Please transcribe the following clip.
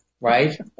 Right